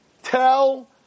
Tell